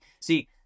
See